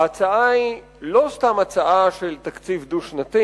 ההצעה היא לא סתם הצעה של תקציב דו-שנתי.